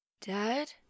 Dad